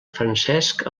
francesc